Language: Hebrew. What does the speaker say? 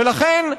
ולכן,